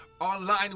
online